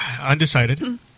Undecided